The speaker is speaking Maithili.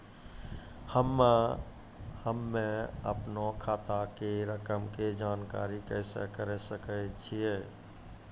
हम्मे अपनो खाता के रकम के जानकारी कैसे करे सकय छियै?